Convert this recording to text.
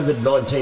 COVID-19